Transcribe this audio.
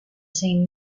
same